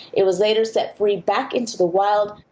it was later set free back into the wild.